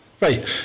Right